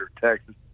Texas